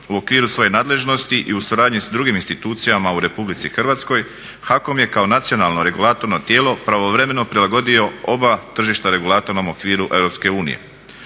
U okviru svoje nadležnosti i u suradnji s drugim institucijama u RH HAKOM je kao nacionalno regulatorno tijelo pravovremeno prilagodio oba tržišta regulatornom okviru EU.